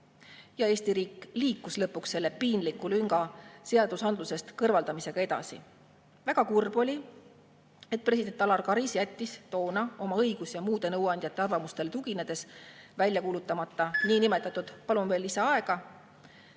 ja Eesti riik liikus lõpuks selle piinliku lünga seadusandlusest kõrvaldamisega edasi. Väga kurb oli, et president Alar Karis jättis toona oma õigus‑ ja muude nõuandjate arvamustele tuginedes välja kuulutamata niinimetatud … Palun veel lisaaega.